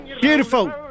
Beautiful